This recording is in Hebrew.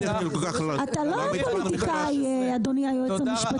אתה לא פוליטיקאי, אדוני היועץ המשפטי.